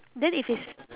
then if it's